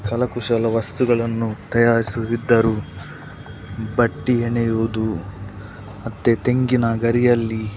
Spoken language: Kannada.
ಕರ ಕುಶಲ ವಸ್ತುಗಳನ್ನು ತಯಾರಿಸುತ್ತಿದ್ದರು ಬಟ್ಟೆ ಹೆಣೆಯುವುದು ಮತ್ತು ತೆಂಗಿನ ಗರಿಯಲ್ಲಿ